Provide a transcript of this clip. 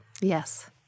Yes